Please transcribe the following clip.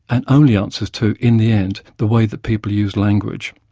and only answers to, in the end, the way that people use language,